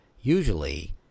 Usually